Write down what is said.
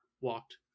walked